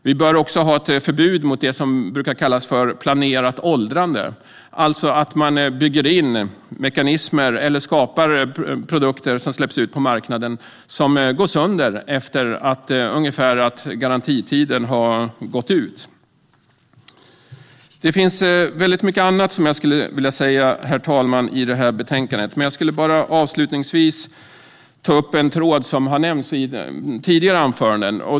Vi bör också ha ett förbud mot det som brukar kallas för planerat åldrande, det vill säga att man bygger in mekanismer som gör att produkter som släpps ut på marknaden går sönder ungefär när garantitiden har gått ut. Herr ålderspresident! Det finns väldigt mycket annat i det här betänkandet som jag skulle vilja säga något om, men jag vill avslutningsvis ta upp en tråd som har nämnts i tidigare anföranden.